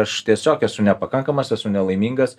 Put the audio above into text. aš tiesiog esu nepakankamas esu nelaimingas